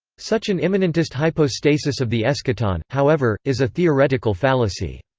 such an immanentist hypostasis of the eschaton, however, is a theoretical fallacy.